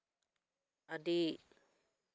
ᱟᱹᱰᱤ